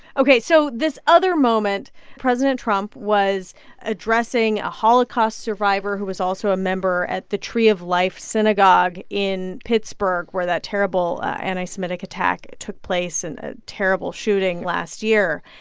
ok. so this other moment president trump was addressing a holocaust survivor who was also a member at the tree of life synagogue in pittsburgh where that terrible anti-semitic attack took place and ah terrible shooting last year.